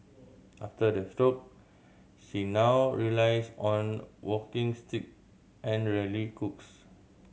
after the stroke she now relies on walking stick and rarely cooks